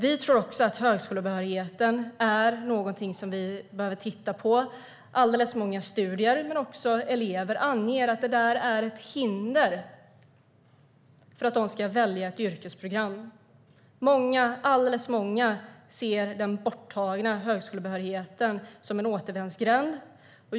Vi tror att vi behöver titta på högskolebehörigheten. Alldeles för många studier men också elever anger att den borttagna högskolebehörigheten är ett hinder för att de ska välja ett yrkesprogram och att många ser det som en återvändsgränd.